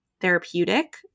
therapeutic